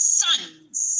sons